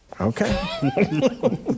okay